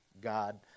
God